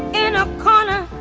in a corner.